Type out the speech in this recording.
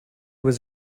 was